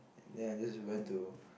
then I I just went to